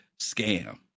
scam